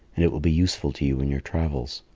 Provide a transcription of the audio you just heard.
and it will be useful to you in your travels.